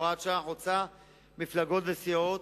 זו הוראת שעה חוצה מפלגות וסיעות.